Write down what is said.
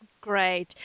Great